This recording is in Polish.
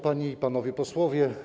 Panie i Panowie Posłowie!